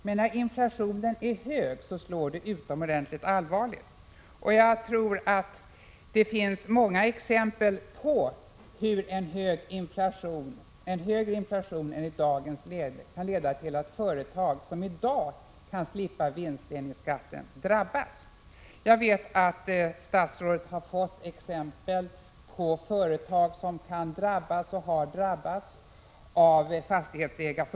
Men hög inflation slår utomordentligt allvarligt. Jag tror att det finns många exempel på att en högre inflation än den vi nu har kan leda till att företag drabbas som i dag kan slippa vinstdelningsskatten. Jag vet att statsrådet genom information från Fastighetsägareförbundet har exempel på företag som kan drabbas — och företag har också drabbats.